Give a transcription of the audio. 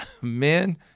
men